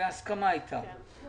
כן.